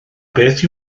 beth